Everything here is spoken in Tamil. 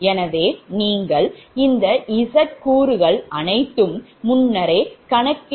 எனவே நீங்கள் இந்த Z கூறுகள் அனைத்தும் முன்னர் கணக்கிடப்பட்ட வை